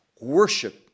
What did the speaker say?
worship